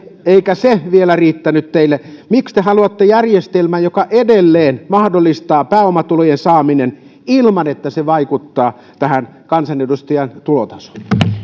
eikä sekään vielä riittänyt teille miksi te haluatte järjestelmän joka edelleen mahdollistaa pääomatulojen saamisen ilman että se vaikuttaa tähän kansanedustajan tulotasoon